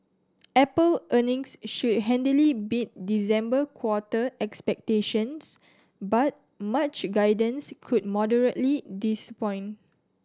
apple earnings should handily beat December quarter expectations but March guidance could moderately disappoint